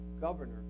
governor